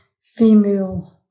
female